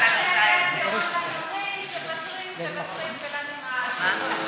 מוותרים, מוותרים, מוותרים, ולה נמאס.